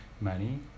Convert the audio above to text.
money